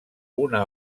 una